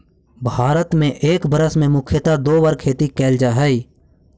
भारत में एक वर्ष में मुख्यतः दो बार खेती कैल जा हइ